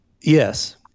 Yes